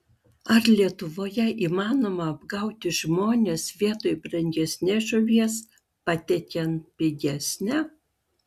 ar lietuvoje įmanoma apgauti žmones vietoj brangesnės žuvies patiekiant pigesnę